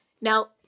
now